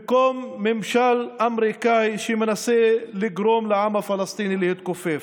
במקום ממשל אמריקני שמנסה לגרום לעם הפלסטיני להתכופף.